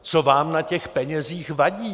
Co vám na těch penězích vadí?